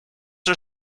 are